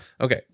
okay